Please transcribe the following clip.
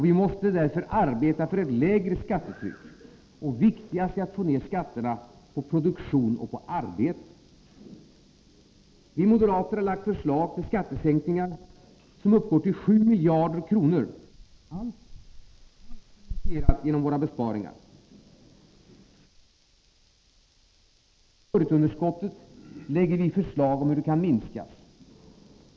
Vi måste därför arbeta för ett lägre skattetryck, och viktigast är att få ner skatterna på produktion och arbete. Vi moderater har lagt förslag till skattesänkningar som uppgår till sju miljarder kronor, allt finansierat genom våra besparingar. När regeringen fortsätter att öka budgetunderskottet lägger vi förslag om hur det kan minskas.